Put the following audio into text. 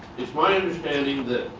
it's my understanding that,